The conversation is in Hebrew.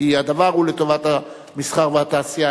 כי הדבר הוא לטובת המסחר והתעשייה.